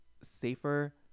safer